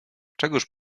czegóż